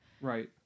Right